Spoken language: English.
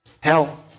hell